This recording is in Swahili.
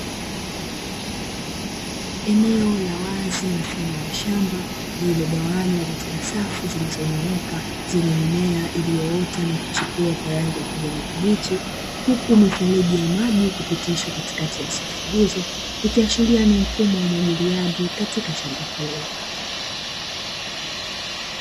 Eneo la wazi mfano wa shamba lililogawanywa katika safu zilizo nyooka, zenye mimiea iliyo ota na kuchipua kwa rangi ya kijani kibichi, huku mifereji ya maji ikipitishwa katikati ya safu hizo, ikiashiria ni mfumo wa umwagiliaji katika shamba hilo.